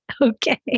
Okay